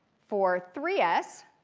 for three s,